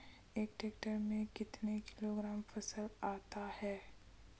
एक टेक्टर में कतेक किलोग्राम फसल आता है?